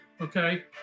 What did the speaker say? okay